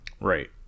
Right